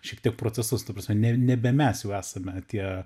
šiek tiek procesus ta prasme ne nebe mes esame tie